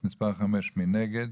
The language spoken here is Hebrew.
אז צריך להגיד מי בעד ומי נגד